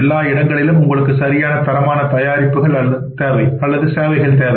எல்லா இடங்களிலும் உங்களுக்கு சரியான தரமான தயாரிப்புகள் தேவை